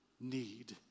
need